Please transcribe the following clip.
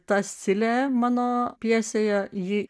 ta scilė mano pjesėje ji